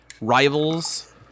rivals